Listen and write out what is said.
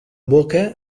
boca